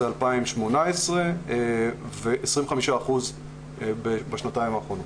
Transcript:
2014-2018 ועל 25 אחוזים בשנתיים האחרונות.